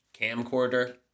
camcorder